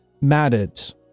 matted